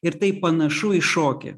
ir tai panašu į šokį